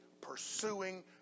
pursuing